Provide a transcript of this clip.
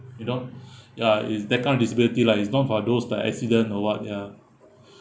you know ya it that kind of disability like it's not for those like accident or what ya